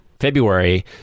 February